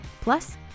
Plus